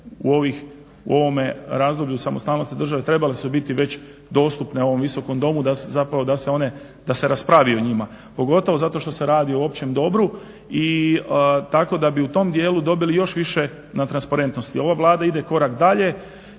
u ovome razdoblju samostalnosti države trebale su biti već dostupne ovom Visokom domu zapravo da se raspravi o njima, pogotovo zato što se radi o općem dobru, tako da bi u tom dijelu dobili još više na transparentnosti. Ova Vlada ide korak dalje,